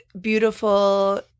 beautiful